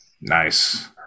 Nice